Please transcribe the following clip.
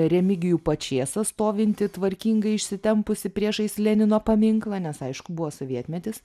remigijų pačėsą stovintį tvarkingai išsitempusį priešais lenino paminklą nes aišku buvo sovietmetis